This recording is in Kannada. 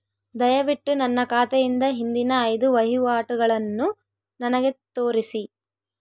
ದಯವಿಟ್ಟು ನನ್ನ ಖಾತೆಯಿಂದ ಹಿಂದಿನ ಐದು ವಹಿವಾಟುಗಳನ್ನು ನನಗೆ ತೋರಿಸಿ